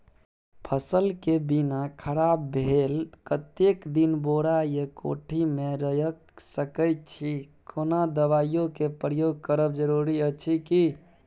फसल के बीना खराब भेल कतेक दिन बोरा या कोठी मे रयख सकैछी, कोनो दबाईयो के प्रयोग करब जरूरी अछि की?